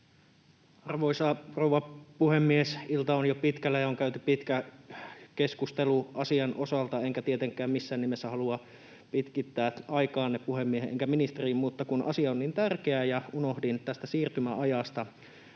Arvoisa rouva puhemies! Ilta on jo pitkällä, ja on käyty pitkä keskustelu asian osalta, enkä tietenkään missään nimessä halua pitkittää aikaanne, en puhemiehen enkä ministerin, mutta kun asia on niin tärkeä ja unohdin tästä siirtymäajasta